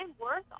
worth